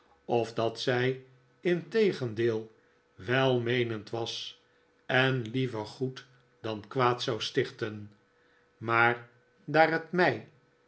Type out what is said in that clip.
of dat zij integendeel welmeenend was en lieyer goed dan kwaad zou stichten maar daar het mij